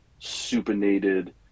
supinated